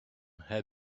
had